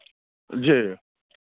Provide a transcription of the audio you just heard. जी